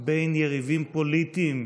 בין יריבים פוליטיים,